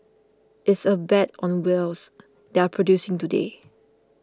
it's a bet on wells that are producing today